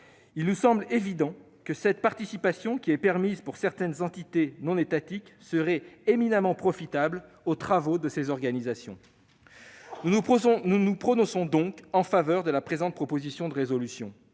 Il nous semble évident que cette participation, qui est autorisée pour certaines entités non étatiques, serait éminemment profitable aux différentes organisations. Nous nous prononçons donc en faveur de la présente proposition de résolution.